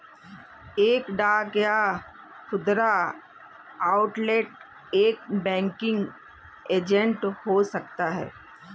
एक डाक या खुदरा आउटलेट एक बैंकिंग एजेंट हो सकता है